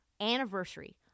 anniversary